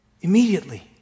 Immediately